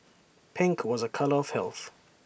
pink was A colour of health